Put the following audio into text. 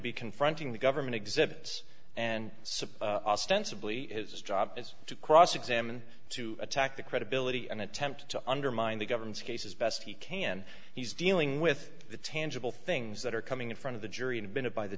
be confronting the government exhibits and suppose tentatively his job is to cross examine to attack the credibility and attempt to undermine the government's case as best he can he's dealing with the tangible things that are coming in front of the jury and been a by the